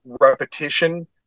repetition